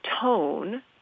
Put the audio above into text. tone